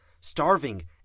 starving